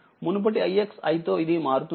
మునుపటి ix i తో ఇది మారుతుంది